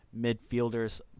midfielders